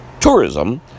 tourism